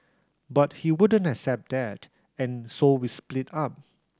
but he wouldn't accept that and so we split up